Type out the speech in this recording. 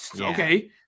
okay